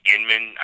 Inman